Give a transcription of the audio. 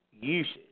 uses